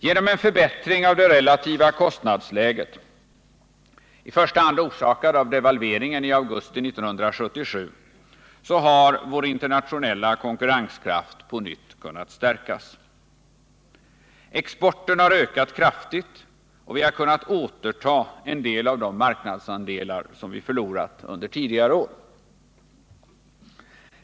Genom en förbättring av det relativa kostnadsläget — i sista hand orsakad av devalveringen i augusti 1977 — har vår internationella konkurrenskraft på nytt kunnat stärkas. Exporten har ökat kraftigt, och vi har kunnat återta en del av de marknadsandelar som vi förlorat under tidigare år.